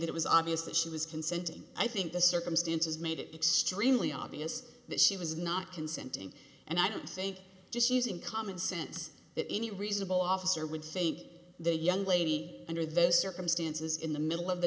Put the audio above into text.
that it was obvious that she was consenting i think the circumstances made it extremely obvious that she was not consenting and i don't think just using common sense that any reasonable officer would fate the young lady under those circumstances in the middle of the